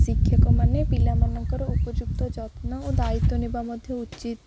ଶିକ୍ଷକମାନେ ପିଲାମାନଙ୍କର ଉପଯୁକ୍ତ ଯତ୍ନ ଓ ଦାୟିତ୍ୱ ନେବା ମଧ୍ୟ ଉଚିତ